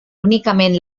únicament